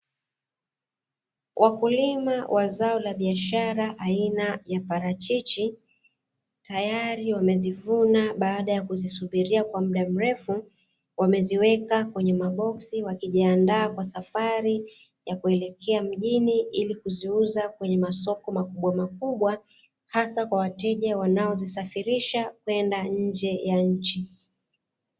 Wakukima wa zao la biashara aina ya parachichi tayari wamezivuna baada ya kuzisubiria kwa muda mrefu, wameziweka kwenye maboksi wakijiandaa kwa safari ya kuelekea mjini ili kuziuza kwenye masoko makubwamakubwa, hasa kwa wateja wanaozisafirisha kwenda nje ya nchi.